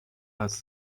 حدس